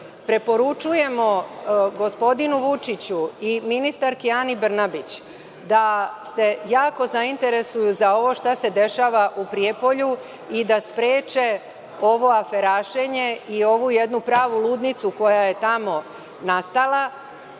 prijave? Preporučujemo gospodinu Vučiću i ministarki Ani Brnabić, da se jako zainteresuju za ovo šta se dešava u Prijepolju da spreče ovo aferašenje i ovu jednu pravu ludnicu koja je tamo nastala.